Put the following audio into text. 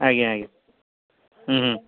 ଆଜ୍ଞା ଆଜ୍ଞା ହୁଁ ହୁଁ